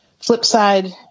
Flipside